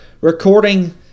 recording